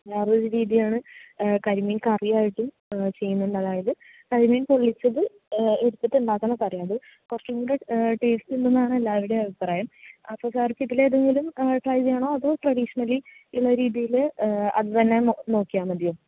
വേറെ ഒരു രീതിയാണ് കരിമീൻ കറി ആയിട്ട് ചെയ്യുന്നുണ്ട് അതായത് കരിമീൻ പൊള്ളിച്ചത് എടുത്തിട്ട് ഉണ്ടാക്കുന്ന കറി അത് കുറച്ചും കൂടെ ടേസ്റ്റ് ഉണ്ടെന്നാണ് എല്ലാവരുടെയും അഭിപ്രായം അപ്പോൾ സാർക്ക് ഇതിൽ ഏതെങ്കിലും ട്രൈ ചെയ്യണോ അതോ ട്രഡീഷണലി ഉള്ള രീതിയിൽ അത് തന്നെ നോക്കിയാൽ മതിയോ